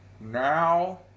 Now